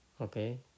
okay